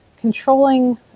controlling